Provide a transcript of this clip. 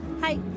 Hi